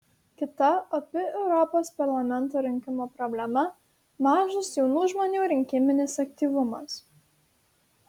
kita opi europos parlamento rinkimų problema mažas jaunų žmonių rinkiminis aktyvumas